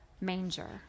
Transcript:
manger